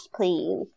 please